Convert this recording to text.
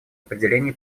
определении